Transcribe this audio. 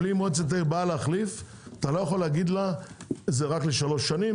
אבל אם מועצת העיר באה להחליף אתה לא יכול לומר לה: זה רק לשלוש שנים,